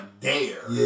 dare